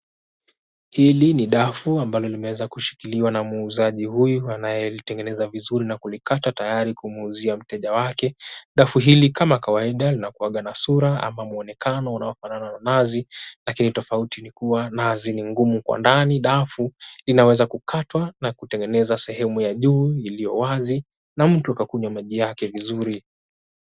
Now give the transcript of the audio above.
Hili ni dafu ambalo limeweza kushikilia na muuzaji huyu anayetengeneza vizuri na kulikata tayari kumuuzia mteja wake. Dafu hili kama kawaida inakuwanga na sura ama muonekano unaofanana na nazi lakini tofauti ni kuwa nazi ni ngumu kwa ndani. Dafu inaweza kukatwa na kutengeneza sehemu ya juu iliyo wazi na mtu kukunywa maji yake vizuri.